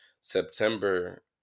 september